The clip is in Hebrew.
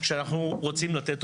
שאנחנו רוצים לתת.